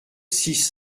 six